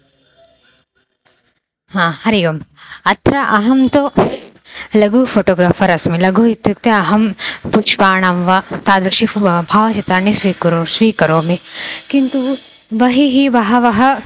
हा हरिः ओम् अत्र अहं तु लघु फ़ोटोग्राफ़र् अस्मि लघु इत्युक्ते अहं पुष्पाणां वा तादृशं फ़ो भावचित्राणि स्वीकरोमि स्वीकरोमि किन्तु बहिः बहवः